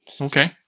Okay